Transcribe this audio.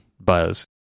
buzz